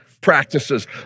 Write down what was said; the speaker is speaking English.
practices